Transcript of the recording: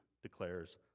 declares